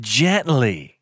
gently